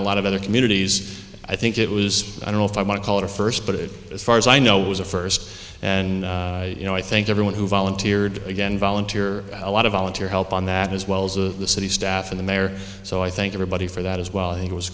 a lot of other communities i think it was i don't know if i want to call it a first but it as far as i know was a first and you know i think everyone who volunteered again volunteer a lot of volunteer help on that as well as the city staff and the mayor so i thank everybody for that as well and it was